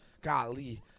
Golly